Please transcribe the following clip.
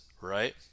right